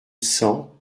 cent